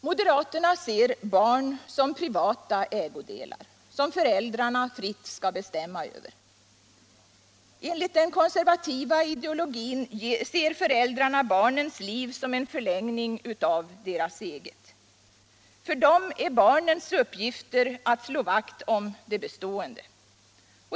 Moderaterna ser barn som privata ägodelar, som föräldrarna fritt skall bestämma över. Enligt den konservativa ideologin ser föräldrarna barnens liv som en förlängning av sitt eget. För dem är barnens uppgifter att slå vakt om det bestående.